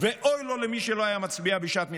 ואוי לו למי שלא היה מצביע בשעת מלחמה,